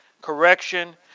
correction